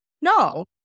No